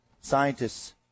scientists